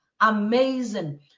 amazing